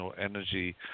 energy